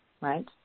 right